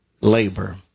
Labor